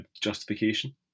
justification